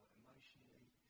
emotionally